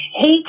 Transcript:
Hey